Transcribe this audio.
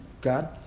God